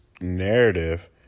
narrative